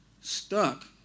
stuck